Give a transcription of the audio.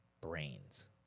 brains